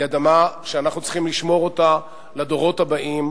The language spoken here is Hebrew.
היא אדמה שאנחנו צריכים לשמור אותה לדורות הבאים.